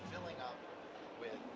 filling up with